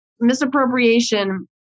Misappropriation